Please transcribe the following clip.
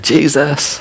Jesus